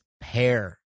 pair